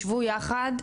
ישבו יחד,